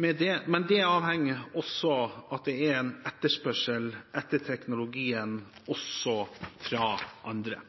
men det avhenger også av at det er en etterspørsel etter teknologien også fra andre.